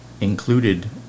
included